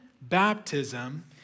baptism